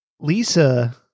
Lisa